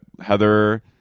Heather